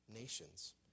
nations